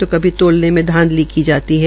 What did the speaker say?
तो इसी तोलने में धांधली की जाती है